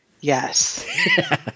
yes